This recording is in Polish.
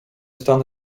stan